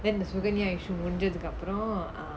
then suganya issue முடிச்சதுக்கு அப்புறம்:mudichathukku appuram